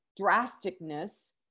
drasticness